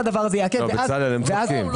לא, בצלאל, הם צודקים.